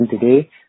today